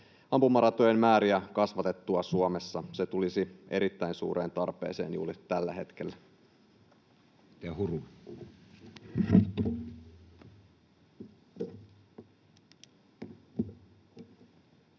ampumaratojen määriä saadaan kasvatettua Suomessa. Se tulisi erittäin suureen tarpeeseen juuri tällä hetkellä. [Speech